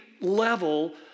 level